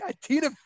Tina